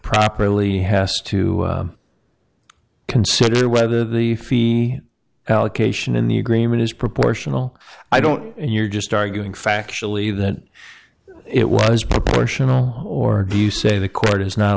properly has to consider whether the fee allocation in the agreement is proportional i don't you're just arguing factually that it was proportional or do you say the court is not